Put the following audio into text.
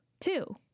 Two